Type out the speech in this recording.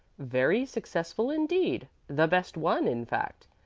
very successful indeed. the best one, in fact,